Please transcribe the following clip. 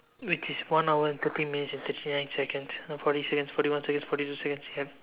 which is one hour and thirty minutes and thirty nine seconds forty seconds forty one seconds forty two seconds yup